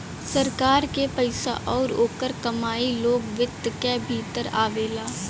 सरकार क पइसा आउर ओकर कमाई लोक वित्त क भीतर आवेला